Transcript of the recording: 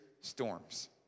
storms